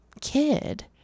kid